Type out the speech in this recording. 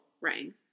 rang